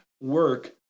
work